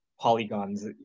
polygons